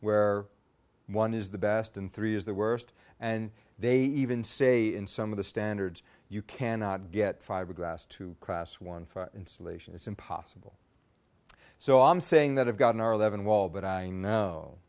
where one is the best and three is the worst and they even say in some of the standards you cannot get fiberglass to class one for insulation it's impossible so i'm saying that have gotten our eleven wall but i know